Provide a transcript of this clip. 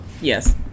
yes